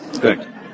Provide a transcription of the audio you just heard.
good